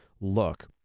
Look